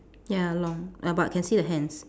ya long uh but can see the hands